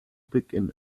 beginnen